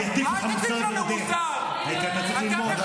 אני אטיף לך מוסר ועוד איך, כי אתה צריך ללמוד.